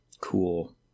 cool